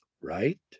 Right